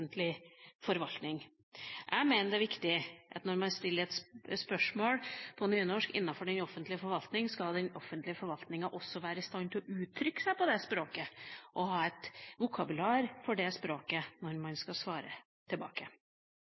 forvaltning? Jeg mener det er viktig at når man stiller et spørsmål på nynorsk innenfor offentlig forvaltning, skal den offentlige forvaltninga også være i stand til å uttrykke seg i den språkformen og ha et vokabular i den språkformen når man skal svare tilbake.